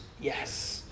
Yes